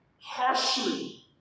harshly